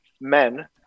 men